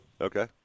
Okay